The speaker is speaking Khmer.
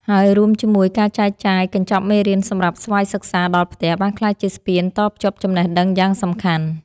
ហើយរួមជាមួយការចែកចាយកញ្ចប់មេរៀនសម្រាប់ស្វ័យសិក្សាដល់ផ្ទះ បានក្លាយជាស្ពានតភ្ជាប់ចំណេះដឹងយ៉ាងសំខាន់។